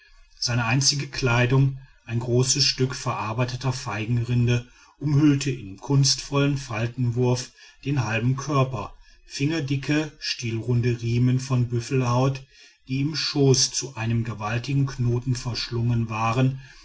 seine einzige kleidung ein großes stück verarbeiteter feigenrinde umhüllte in kunstvollem faltenwurf den halben körper fingerdicke stielrunde riemen von büffelhaut die im schoß zu einem gewaltigen knoten verschlungen waren